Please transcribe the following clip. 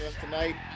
tonight